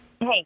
Hey